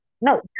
No